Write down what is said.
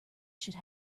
should